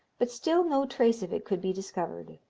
but still no trace of it could be discovered.